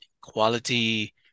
quality